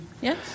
Yes